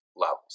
levels